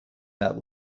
that